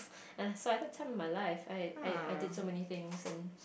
and so I had the time of my life I I I did so many things and